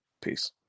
Peace